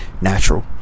natural